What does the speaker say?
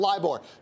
LIBOR